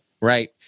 right